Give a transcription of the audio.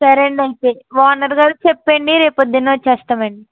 సరే అండి అయితే ఓనర్ గారికి చెప్పండి రేపు పొద్దున్న వస్తాం అండి